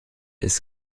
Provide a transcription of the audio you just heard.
ist